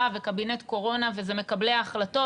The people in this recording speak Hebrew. וקבינט קורונה וזה מקבלי ההחלטות,